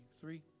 Three